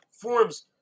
forms